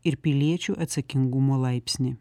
ir piliečių atsakingumo laipsnį